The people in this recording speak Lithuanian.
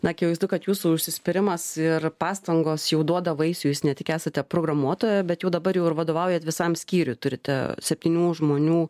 akivaizdu kad jūsų užsispyrimas ir pastangos jau duoda vaisių jūs ne tik esate programuotoja bet jau dabar jau ir vadovaujat visam skyriui turite septynių žmonių